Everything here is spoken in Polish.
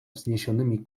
wzniesionymi